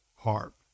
Harp